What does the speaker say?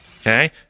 Okay